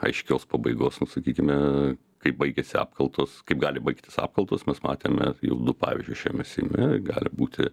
aiškios pabaigos sakykime kaip baigiasi apkaltos kaip gali baigtis apkaltos mes matėme jau du pavyzdžius šiame seime gali būti